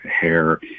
hair